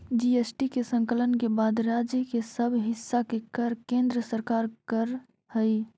GST के संकलन के बाद राज्य सब के हिस्सा के कर केन्द्र सरकार कर हई